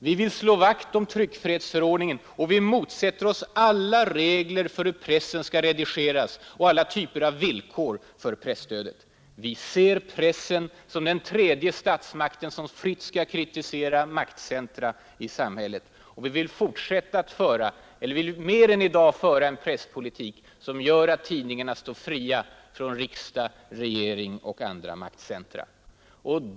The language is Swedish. Vi vill slå vakt om tryckfrihetsförordningen. Vi motsätter oss alla regler för hur pressen skall redigeras och alla typer av villkor för presstödet. Vi ser pressen som den tredje statsmakten, som fritt skall kritisera maktcentra i samhället. Vi vill föra en presspolitik som mer än i dag gör att tidningarna står fria från riksdag, regering och andra maktcentra.